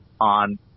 on